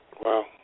Wow